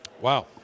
Wow